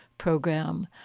program